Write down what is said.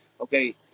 Okay